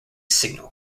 signal